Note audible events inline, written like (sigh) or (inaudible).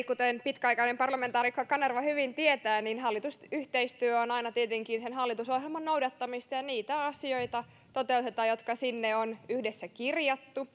(unintelligible) kuten pitkäaikainen parlamentaarikko kanerva hyvin tietää hallitusyhteistyö on aina tietenkin hallitusohjelman noudattamista ja niitä asioita toteutetaan jotka sinne on yhdessä kirjattu (unintelligible)